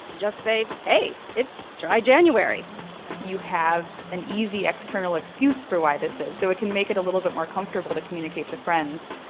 just say, hey, it's dry january you have an easy external excuse for why this is so it can make it a little bit more comfortable to communicate to friends.